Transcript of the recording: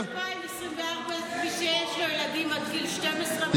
אז עד 2024, מי שיש לו ילדים עד גיל 12 מקבל?